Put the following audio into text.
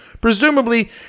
Presumably